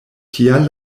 tial